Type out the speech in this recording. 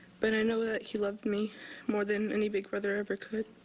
but i know that he loved me more than any big brother ever could.